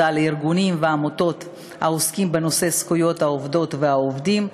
לומר תודה לארגונים ולעמותות העוסקים בנושא זכויות העובדות והעובדים.